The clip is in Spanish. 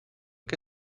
que